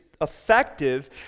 effective